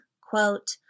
quote